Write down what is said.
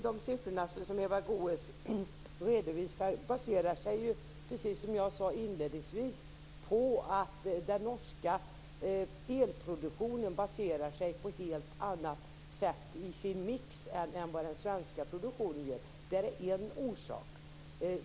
De siffror som Eva Goës redovisar baserar sig precis som jag sade inledningsvis på att den norska elproduktionen har en helt annan mix än den svenska produktionen. Det är en orsak.